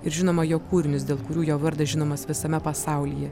ir žinoma jo kūrinius dėl kurių jo vardas žinomas visame pasaulyje